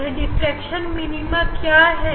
यह diffraction minima क्या है